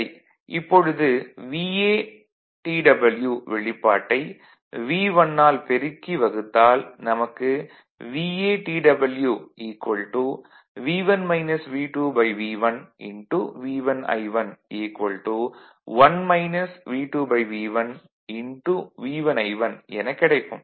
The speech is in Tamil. சரி இப்பொழுது TW வெளிப்பாட்டை V1 ஆல் பெருக்கி வகுத்தால் நமக்கு TW V1 V2V1 V1 I1 1 V2V1 V1 I1 எனக் கிடைக்கும்